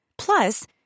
Plus